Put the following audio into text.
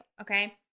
okay